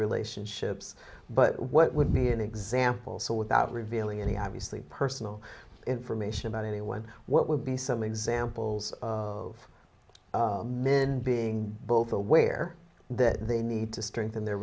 relationships but what would be an example so without revealing any obviously personal information about anyone what would be some examples of men being both aware that they need to strengthen their